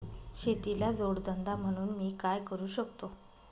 शेतीला जोड धंदा म्हणून मी काय करु शकतो?